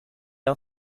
are